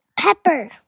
pepper